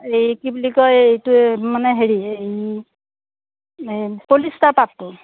এই কি বুলি কয় এইটো মানে হেৰি এই প'লিষ্টাৰ পাটটো